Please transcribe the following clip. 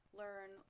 learn